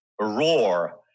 Roar